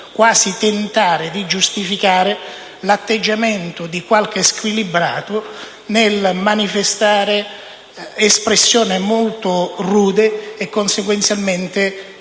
giudizio - di giustificare l'atteggiamento di qualche squilibrato nel manifestare espressioni molto rudi, e conseguentemente